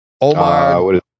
Omar